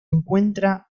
encuentra